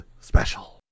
special